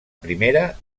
primera